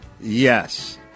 Yes